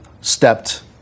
stepped